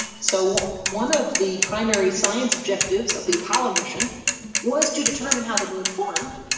so one of the primary science objectives of the apollo mission was to determine how the moon formed,